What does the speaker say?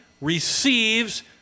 receives